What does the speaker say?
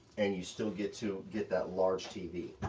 and you still get to, get that large tv.